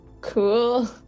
Cool